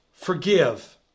Forgive